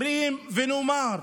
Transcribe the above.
אומרים ונאמר: